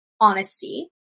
honesty